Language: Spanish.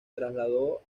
trasladó